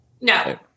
No